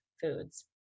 foods